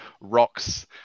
rocks